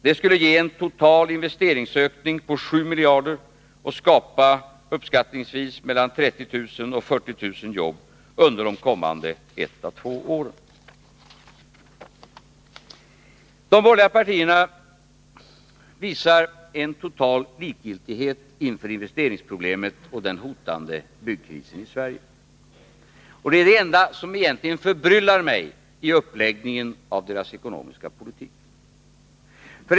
Det skulle ge en total investeringsökning på 7 miljarder och skapa uppskattningsvis mellan 30 000 och 40 000 jobb under de kommande ett å två åren. De borgerliga partierna visar en total likgiltighet inför investeringsproblemet och den hotande byggkrisen i Sverige. Det är det enda som egentligen förbryllar mig i uppläggningen av deras ekonomiska politik.